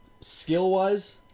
skill-wise